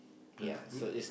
the group